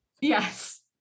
Yes